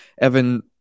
Evan